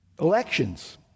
Elections